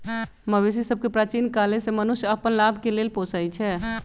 मवेशि सभके प्राचीन काले से मनुष्य अप्पन लाभ के लेल पोसइ छै